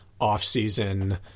off-season